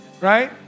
right